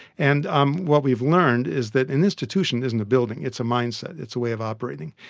and um what we've learned is that an institution isn't a building, it's a mindset, it's a way of operating.